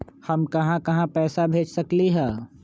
हम कहां कहां पैसा भेज सकली ह?